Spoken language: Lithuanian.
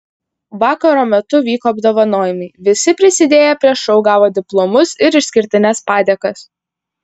vakaro metu vyko apdovanojimai visi prisidėję prie šou gavo diplomus ir išskirtines padėkas